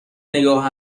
نگاه